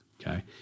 Okay